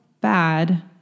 bad